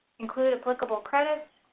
include applicable credits,